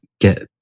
get